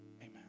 Amen